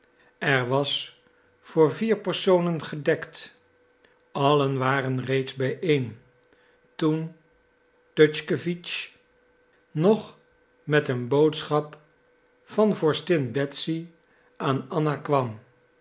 er was voor vier personen gedekt allen waren reeds bijeen toen tuschkewitsch nog met een boodschap van vorstin betsy aan anna kwam